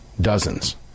Dozens